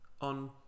On